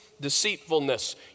Deceitfulness